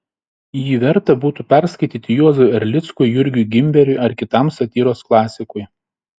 jį verta būtų perskaityti juozui erlickui jurgiui gimberiui ar kitam satyros klasikui